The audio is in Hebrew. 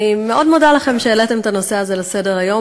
אני מאוד מודה לכם על שהעליתם את הנושא הזה לסדר-היום,